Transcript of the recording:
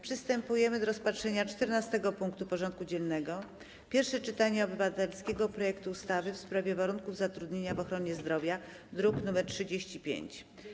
Przystępujemy do rozpatrzenia punktu 14. porządku dziennego: Pierwsze czytanie obywatelskiego projektu ustawy w sprawie warunków zatrudnienia w ochronie zdrowia (druk nr 35)